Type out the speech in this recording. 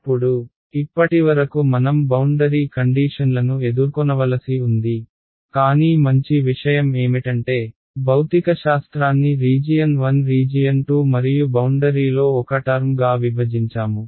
ఇప్పుడు ఇప్పటివరకు మనం బౌండరీ కండీషన్లను ఎదుర్కొనవలసి ఉంది కానీ మంచి విషయం ఏమిటంటే భౌతికశాస్త్రాన్ని రీజియన్ 1 రీజియన్ 2 మరియు బౌండరీలో ఒక టర్మ్గా విభజించాము